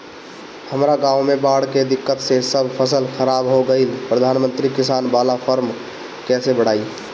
हमरा गांव मे बॉढ़ के दिक्कत से सब फसल खराब हो गईल प्रधानमंत्री किसान बाला फर्म कैसे भड़ाई?